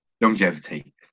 Longevity